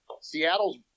Seattle's